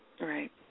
Right